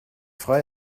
frei